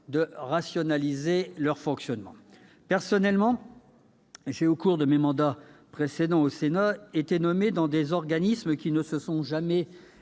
de rationaliser leur fonctionnement. Personnellement, au cours de mes précédents mandats au Sénat, j'ai été nommé dans des organismes qui ne se sont jamais